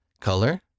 Color